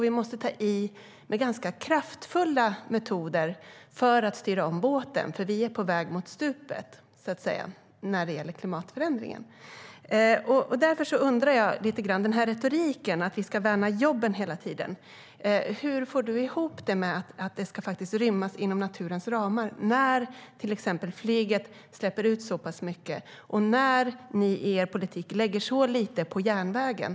Vi måste ta i med ganska kraftfulla metoder för att styra om båten, för vi är på väg mot stupet när det gäller klimatförändringen. Därför undrar jag lite grann över retoriken. Vi ska värna jobben, heter det hela tiden. Hur får du ihop det med att det ska rymmas inom naturens ramar när till exempel flyget släpper ut så pass mycket och när ni i er politik lägger så lite på järnvägen?